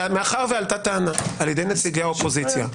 שמאחר שעלתה טענה על ידי נציגי האופוזיציה,